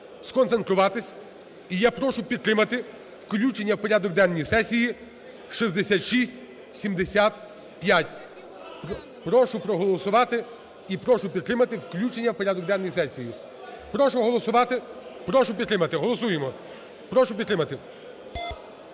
сконцентруватись і я прошу підтримати включення в порядок денний сесії 6675. Прошу проголосувати і прошу підтримати включення в порядок денний сесії. Прошу голосувати. Прошу підтримати. Голосуємо. Прошу підтримати.